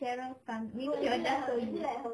cheryl tan